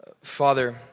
Father